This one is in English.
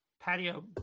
patio